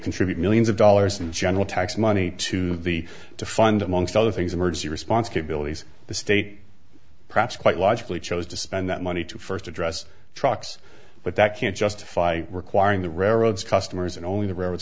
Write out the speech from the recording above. contribute millions of dollars in general tax money to the to fund amongst other things emergency response capabilities the state perhaps quite logically chose to spend that money to first address trucks but that can't justify requiring the railroads customers and only the ra